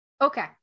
Okay